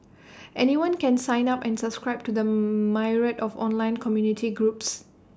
anyone can sign up and subscribe to the myriad of online community groups